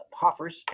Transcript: hoffers